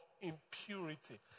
impurity